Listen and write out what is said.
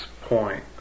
point